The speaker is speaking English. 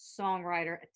songwriter